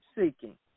seeking